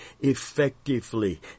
effectively